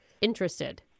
interested